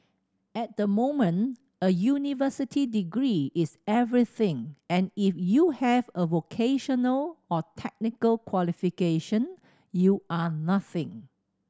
at the moment a university degree is everything and if you have a vocational or technical qualification you are nothing